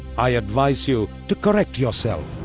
i advise you to correct yourself.